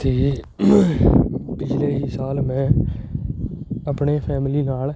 ਅਤੇ ਪਿਛਲੇ ਹੀ ਸਾਲ ਮੈਂ ਆਪਣੇ ਫੈਮਲੀ ਨਾਲ